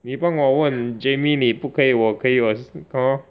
你帮我问 Jamie 你不可以我可以 hor